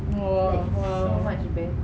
!wah! !wow!